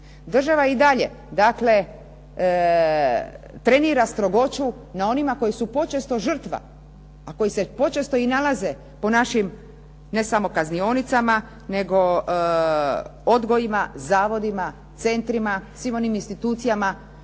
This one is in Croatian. Država i dalje, dakle trenira strogoću na onima koji su počesto žrtva, a koji se počesto i nalaze po našim ne samo kaznionicama nego odgojima, zavodima, centrima, svim onim institucijama